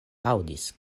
aŭdis